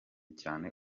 cyane